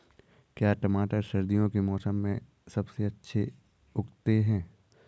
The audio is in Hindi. क्या टमाटर सर्दियों के मौसम में सबसे अच्छा उगता है?